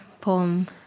poem